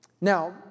Now